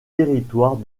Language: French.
territoire